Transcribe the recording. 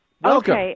welcome